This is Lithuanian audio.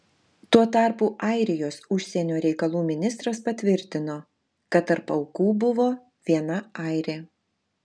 tuo tarpu airijos užsienio reikalų ministras patvirtino kad tarp aukų buvo viena airė